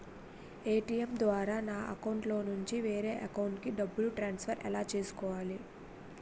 ATM ద్వారా నా అకౌంట్లోనుంచి వేరే అకౌంట్ కి డబ్బులు ట్రాన్సఫర్ ఎలా చేసుకోవాలి?